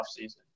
offseason